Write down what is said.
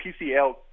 PCL